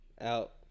out